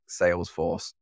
salesforce